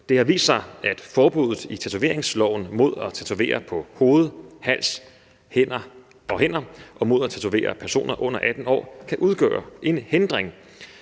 Det har vist sig, at forbuddet i tatoveringsloven mod at tatovere på hoved, hals og hænder og mod at tatovere personer under 18 år kan udgøre en hindring.